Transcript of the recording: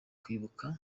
kwibuka